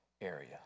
area